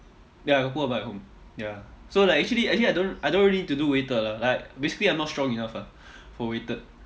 ya I got pull up bar at home ya so like actually actually I don't I don't really need to do weighted lah like basically I'm not strong enough ah for weighted